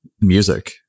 music